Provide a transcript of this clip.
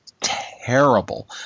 terrible